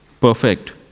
perfect